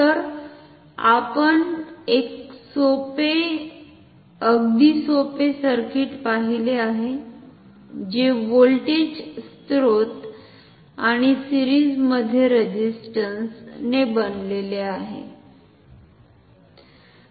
तर आपण एक अगदी सोपे सर्किट पाहिले आहे जे व्होल्टेज स्त्रोत आणि सिरिज मधे रेझिस्टंस ने बनलेले आहे